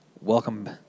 welcome